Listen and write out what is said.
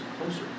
closer